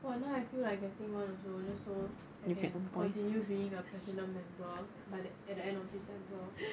!wah! now I feel like getting one also just so I can continue being a platinum member by the at the end of december